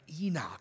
Enoch